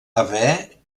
haver